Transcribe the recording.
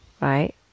right